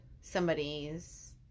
somebody's